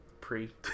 Pre